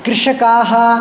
कृषकाः